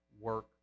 work